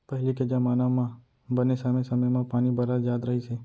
पहिली के जमाना म बने समे समे म पानी बरस जात रहिस हे